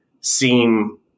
seem